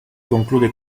conclude